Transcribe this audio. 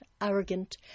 arrogant